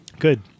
good